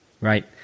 right